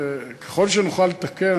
וככל שנוכל לתקן,